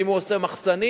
אם הוא עושה מחסנים,